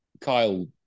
Kyle